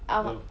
ஆமா:aamaa